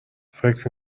فکر